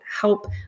help